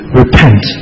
repent